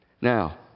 Now